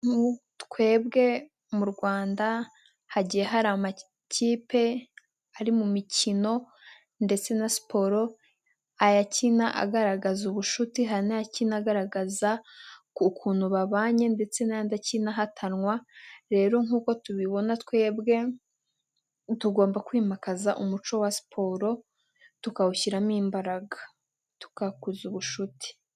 Twebwe mu Rwanda hagiye hari amakipe ari mu mikino ndetse na siporo, ayakina agaragaza ubucuti, hari n'akina agaragaza ukuntu babanye ndetse n'andi akina ahatanwa, rero nk'uko tubibona twebwe tugomba kwimakaza umuco wa siporo tukawushyiramo imbaraga tugakuza ubucuti.